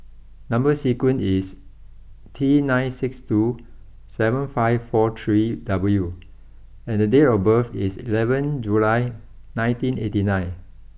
number sequence is T nine six two seven five four three W and the date of birth is eleven July nineteen eighty nine